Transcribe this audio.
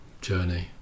journey